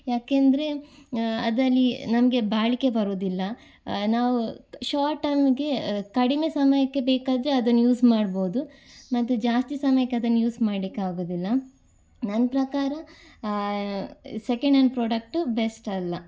ಯಾಕೆಂದರೆ ಅದರಲ್ಲಿ ನಮಗೆ ಬಾಳಿಕೆ ಬರುವುದಿಲ್ಲ ನಾವು ಶಾರ್ಟ್ ಟೈಮಿಗೆ ಕಡಿಮೆ ಸಮಯಕ್ಕೆ ಬೇಕಾದರೆ ಅದನ್ನ ಯೂಸ್ ಮಾಡ್ಬೋದು ಮತ್ತು ಜಾಸ್ತಿ ಸಮಯಕ್ಕೆ ಅದನ್ನ ಯೂಸ್ ಮಾಡಲಿಕ್ಕಾಗುದಿಲ್ಲ ನನ್ನ ಪ್ರಕಾರ ಸೆಕೆಂಡ್ ಆ್ಯಂಡ್ ಪ್ರಾಡಕ್ಟು ಬೆಸ್ಟ್ ಅಲ್ಲ